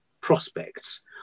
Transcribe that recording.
prospects